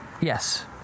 Yes